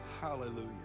Hallelujah